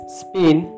spin